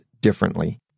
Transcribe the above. differently